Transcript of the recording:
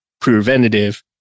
preventative